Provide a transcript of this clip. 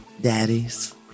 Daddies